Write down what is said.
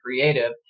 creative